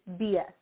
BS